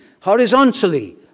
horizontally